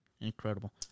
incredible